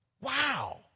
Wow